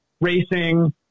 racing